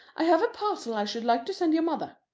i have a parcel i should like to send your mother.